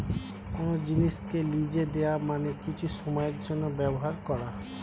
কোন জিনিসকে লিজে দেওয়া মানে কিছু সময়ের জন্যে ব্যবহার করা